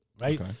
right